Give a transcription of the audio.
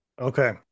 Okay